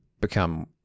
become